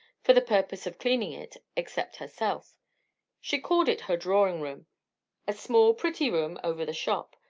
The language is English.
for the purpose of cleaning it, except herself she called it her drawing-room a small, pretty room over the shop,